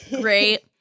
great